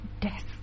death